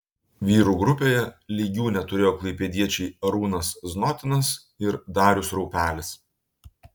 vyrų grupėje lygių neturėjo klaipėdiečiai arūnas znotinas ir darius raupelis